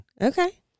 Okay